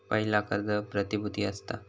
पयला कर्ज प्रतिभुती असता